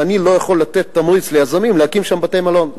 ואני לא יכול לתת תמריץ ליזמים להקים שם בתי-מלון,